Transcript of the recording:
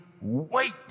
wait